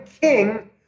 king